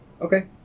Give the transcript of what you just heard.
Okay